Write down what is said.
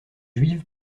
juive